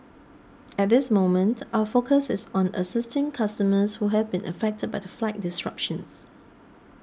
at this moment our focus is on assisting customers who have been affected by the flight disruptions